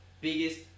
biggest